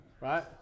right